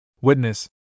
Witness